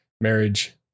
marriage